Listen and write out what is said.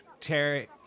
Terry